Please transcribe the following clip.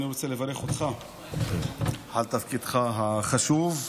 אני רוצה לברך אותך על תפקידך החשוב.